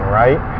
right